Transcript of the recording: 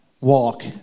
walk